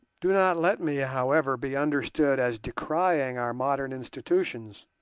do not let me, however, be understood as decrying our modern institutions,